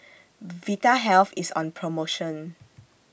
Vitahealth IS on promotion